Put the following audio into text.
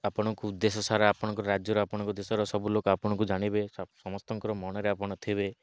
ଆପଣଙ୍କୁ ଉଦେଶ୍ୟ ସାରା ଆପଣଙ୍କ ରାଜ୍ୟର ଆପଣଙ୍କ ଦେଶର ସବୁ ଲୋକ ଆପଣଙ୍କୁ ଜାଣିବେ ସମସ୍ତଙ୍କର ମନରେ ଆପଣ ଥିବେ